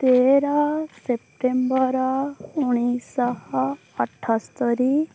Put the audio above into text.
ତେର ସେପ୍ଟେମ୍ବର ଉଣେଇଶହ ଅଠସ୍ତରୀ